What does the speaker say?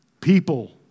people